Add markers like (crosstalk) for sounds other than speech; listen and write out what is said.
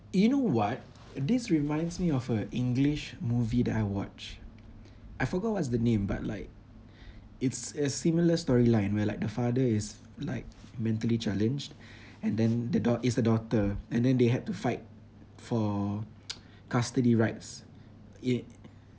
you know what this reminds me of a english movie that I watched I forgot what's the name but like it's a similar storyline where like the father is like mentally challenged and then the daug~ is the daughter and then they had to fight for (noise) custody rights it